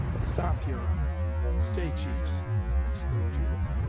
stop huron stay chiefs exclaimed judith,